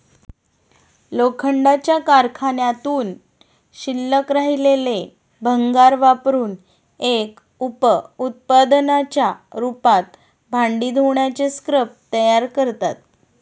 लोखंडाच्या कारखान्यातून शिल्लक राहिलेले भंगार वापरुन एक उप उत्पादनाच्या रूपात भांडी धुण्याचे स्क्रब तयार करतात